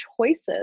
choices